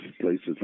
places